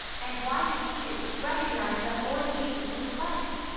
and why did few recognize that lord jesus was christ?